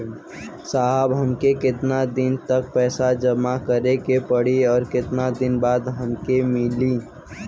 साहब हमके कितना दिन तक पैसा जमा करे के पड़ी और कितना दिन बाद हमके मिली?